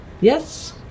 Yes